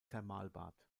thermalbad